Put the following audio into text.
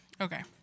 Okay